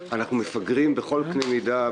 אנחנו מפגרים בכל קנה מידה,